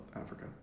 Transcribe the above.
Africa